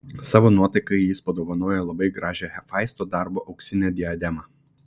savo nuotakai jis padovanojo labai gražią hefaisto darbo auksinę diademą